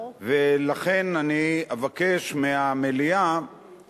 ולכן אני אבקש מהמליאה